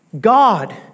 God